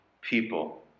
people